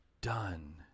done